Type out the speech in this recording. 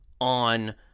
on